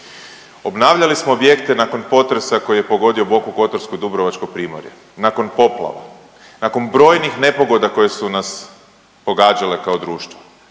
Obnavljali smo objekte nakon potresa koji je pogodio Boku kotorsku i dubrovačko primorje, nakon poplava, nakon brojnih nepogoda koje su nas pogađale kao društvo